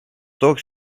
toch